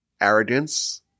arrogance